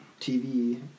TV